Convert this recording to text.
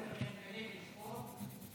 עומר ינקלביץ' פה?